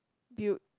build